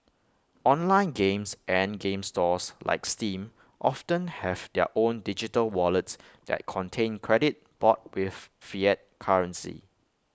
online games and game stores like steam often have their own digital wallets that contain credit bought with fiat currency